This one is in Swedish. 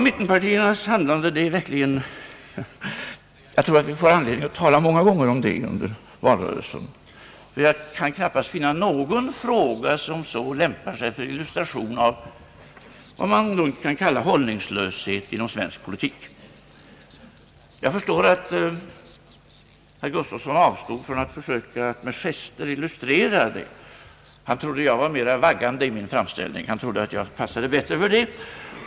Mittenpartiernas handlande tror jag verkligen vi får anledning att tala om många gånger under valrörelsen. Jag kan knappast finna någon annan fråga som i så hög grad lämpar sig för illustration av vad man lugnt kan kalla hållningslöshet inom svensk politik. Jag förstår att herr Gustavsson avstod från att försöka att med gester illustrera det. Han trodde att jag var mera vaggande i min framställning och han trodde att jag passade bättre för det.